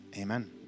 Amen